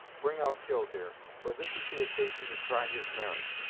bring out killdeer, for this is the occasion to try his merits,